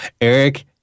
Eric